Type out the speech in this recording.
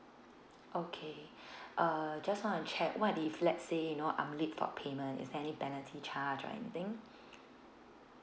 okay uh just want to check what if let's say you know I'm late for payment is there any penalty charge or anything